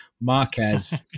Marquez